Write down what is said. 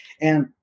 And-